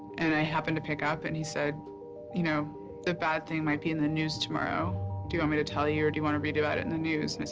and i happen to pick up and he said you know the bad thing might be in the news tomorrow do you want me to tell you you or do you want to read about it in the news.